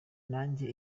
nanjye